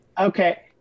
okay